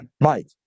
Mike